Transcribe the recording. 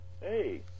Hey